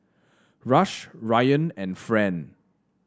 Rush Ryann and Fran